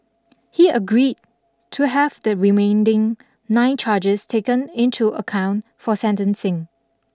he agreed to have the remainding nine charges taken into account for sentencing